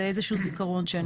זה איזשהו זיכרון.